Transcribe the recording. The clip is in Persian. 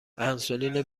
انسولین